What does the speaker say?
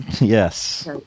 Yes